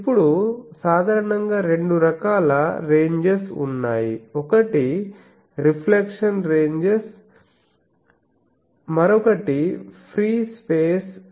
ఇప్పుడు సాధారణంగా రెండు రకాల రెంజెస్ ఉన్నాయి ఒకటి ఒకటి రిఫ్లెక్షన్ రెంజెస్మరొకటి ఫ్రీ స్పేస్ రెంజెస్